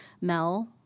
Mel